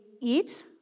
eat